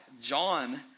John